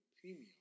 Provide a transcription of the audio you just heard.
premium